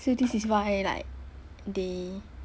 so this is why like they